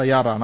തയ്യാറാണ്